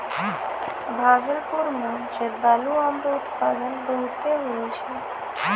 भागलपुर मे जरदालू आम रो उत्पादन बहुते हुवै छै